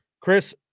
Chris